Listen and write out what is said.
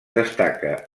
destaca